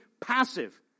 passive